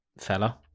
fella